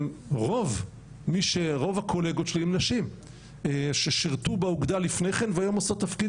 רוב הקולוגות שלי הן נשים ששירתו באוגדה לפני כן והיום עושות תפקיד